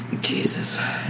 Jesus